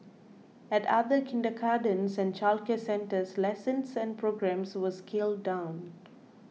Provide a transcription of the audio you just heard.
at other kindergartens and childcare centres lessons and programmes were scaled down